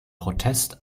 protest